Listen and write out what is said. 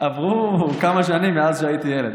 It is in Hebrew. בכל זאת עברו כמה שנים מאז שהייתי ילד,